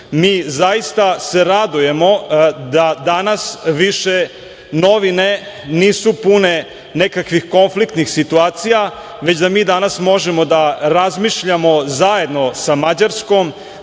Mi zaista se radujemo da danas više novine nisu pune nekakvih konfliktnih situacija, već da mi danas možemo da razmišljamo zajedno sa Mađarskom,